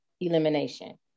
elimination